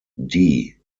die